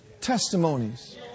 testimonies